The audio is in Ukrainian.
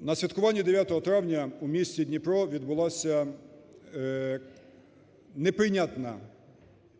На святкуванні 9 травня у місті Дніпро відбулася неприйнятна,